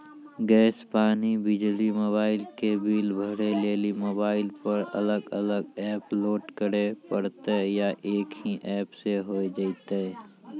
Gas, पानी, बिजली, mobile के बिल भरे लेली मोबाइल पर अलग अलग एप्प लोड करे परतै या एक ही एप्प से होय जेतै?